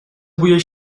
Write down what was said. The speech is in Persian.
بوی